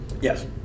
Yes